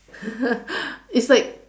it's like